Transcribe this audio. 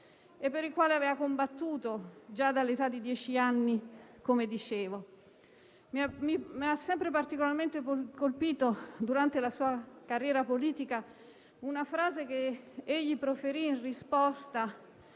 e per il quale aveva combattuto, come ho detto, già dall'età di dieci anni. Mi ha sempre particolarmente colpito durante la sua carriera politica una frase che egli proferì in risposta